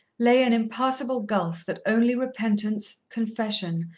lay an impassable gulf that only repentance, confession,